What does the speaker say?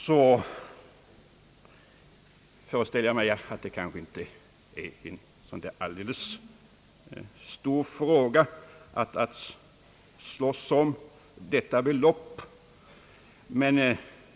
Jag föreställer mig att beloppet inte är mycket att slåss om.